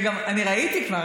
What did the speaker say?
אני ראיתי כבר.